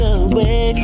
away